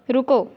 ਰੁਕੋ